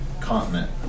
Continent